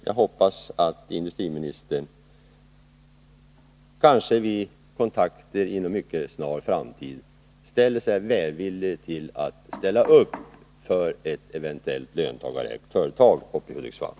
Jag hoppas att industriministern efter kontakter inom en mycket snar framtid välvilligt ställer upp för ett eventuellt löntagarägt företag i Hudiksvall.